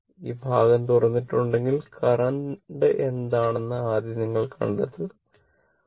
ഈ ഭാഗം തുറന്നിട്ടുണ്ടെങ്കിൽ കറന്റ് എന്താണെന്ന് ആദ്യം നിങ്ങൾ കണ്ടെത്തുക